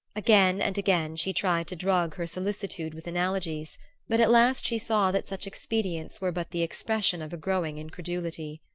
again and again she tried to drug her solicitude with analogies but at last she saw that such expedients were but the expression of a growing incredulity.